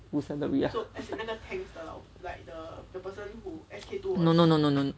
reasonably no no no no no ah